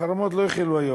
החרמות לא החלו היום,